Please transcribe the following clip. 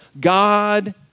God